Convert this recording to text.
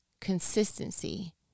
Consistency